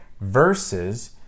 versus